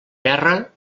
terra